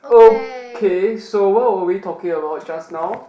okay so what were we talking about just now